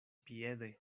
piede